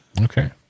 Okay